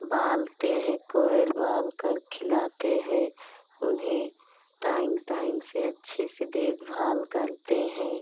बालते हैं कोल बालकर खिलाते हैं उन्हें टाइम टाइम से अच्छे से देखभाल करते हैं